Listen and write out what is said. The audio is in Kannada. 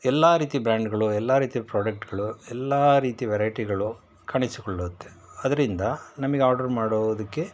ಎಲ್ಲ ರೀತಿ ಬ್ರ್ಯಾಂಡ್ಗಳು ಎಲ್ಲ ರೀತಿ ಪ್ರಾಡಕ್ಟ್ಗಳು ಎಲ್ಲ ರೀತಿ ವೆರೈಟಿಗಳು ಕಾಣಿಸಿಕೊಳ್ಳುತ್ತೆ ಅದರಿಂದ ನಮಗೆ ಆರ್ಡರ್ ಮಾಡುವುದಕ್ಕೆ